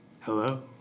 Hello